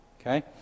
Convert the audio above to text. Okay